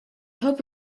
hope